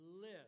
live